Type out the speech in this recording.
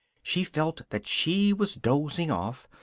she felt that she was dozing off,